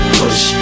push